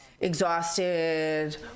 exhausted